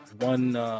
one